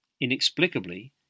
Inexplicably